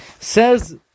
Says